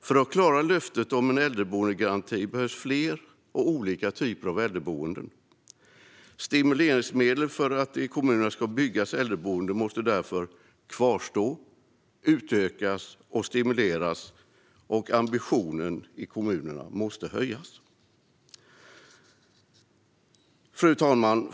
För att klara löftet om en äldreboendegaranti behövs fler och olika typer av äldreboenden. Stimuleringsmedel för att det i kommunerna ska byggas äldreboenden måste därför kvarstå och utökas, och ambitionerna i kommunerna måste höjas. Fru talman!